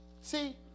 See